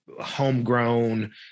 homegrown